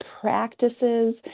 practices